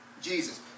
Jesus